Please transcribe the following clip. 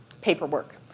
paperwork